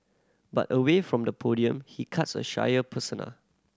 but away from the podium he cuts a shyer persona